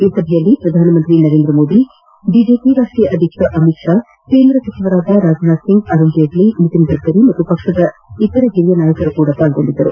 ಈ ಸಭೆಯಲ್ಲಿ ಪ್ರಧಾನಮಂತ್ರಿ ನರೇಂದ್ರಮೋದಿ ಬಿಜೆಪಿ ರಾಷ್ಷೀಯ ಅಧ್ಯಕ್ಷ ಅಮಿತ್ ಷಾ ಕೇಂದ್ರ ಸಚಿವರುಗಳಾದ ರಾಜನಾಥ ಸಿಂಗ್ ಅರುಣ್ ಜೇಟ್ಲ ನಿತಿನ್ ಗಢರಿ ಹಾಗೂ ಪಕ್ಷದ ಹಿರಿಯ ನಾಯಕರು ಪಾಲ್ಗೊಂಡಿದ್ದರು